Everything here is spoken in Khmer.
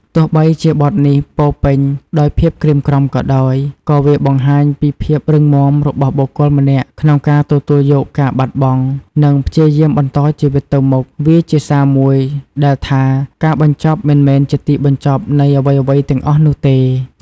ទោះបីជាបទនេះពោរពេញដោយភាពក្រៀមក្រំក៏ដោយ ក៏វាបង្ហាញពីភាពរឹងមាំរបស់បុគ្គលម្នាក់ក្នុងការទទួលយកការបាត់បង់ និងព្យាយាមបន្តជីវិតទៅមុខ វាជាសារមួយដែលថា ការបញ្ចប់មិនមែនជាទីបញ្ចប់នៃអ្វីៗទាំងអស់នោះទេ។